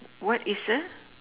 what is a